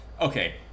Okay